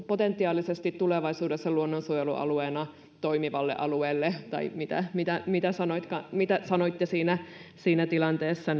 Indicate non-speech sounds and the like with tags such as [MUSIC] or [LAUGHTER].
potentiaalisesti tulevaisuudessa luonnonsuojelualueena toimivalle alueelle tai mitä mitä sanoittekaan siinä siinä tilanteessa [UNINTELLIGIBLE]